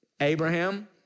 Abraham